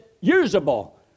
usable